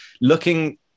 looking